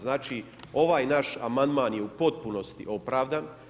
Znači, ovaj naš amandman je u potpunosti opravdan.